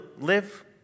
live